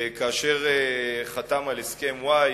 כאשר הוא חתם על הסכם-וואי,